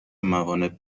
موانع